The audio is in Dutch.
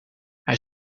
hij